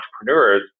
entrepreneurs